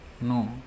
no